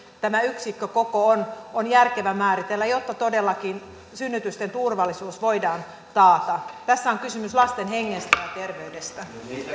tämä yksikkökoko on on järkevä määritellä jotta todellakin synnytysten turvallisuus voidaan taata tässä on kysymys lasten hengestä ja terveydestä